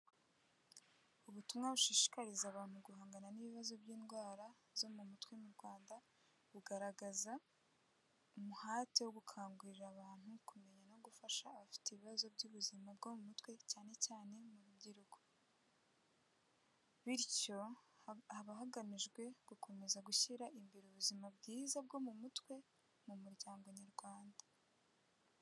Ubutumwa bushishikariza abantu guhangana n'ibibazo by'indwara zo mu mutwe mu Rwanda bugaragaza umuhate wo gukangurira abantu kumenya no gufasha abafite ibibazo by'ubuzima bwo mu mutwe cyane cyane mu rubyiruko, bityo haba hagamijwe gukomeza gushyira imbere ubuzima bwiza bwo mu mutwe mu muryango nyarwanda.